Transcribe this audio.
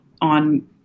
on